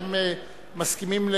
אתם מסכימים,